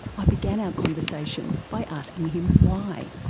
i began our conversation by asking him why.